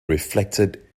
reflected